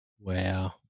Wow